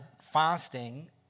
fasting